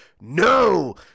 No